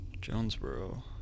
Jonesboro